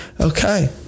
Okay